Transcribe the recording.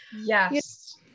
Yes